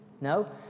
No